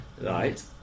right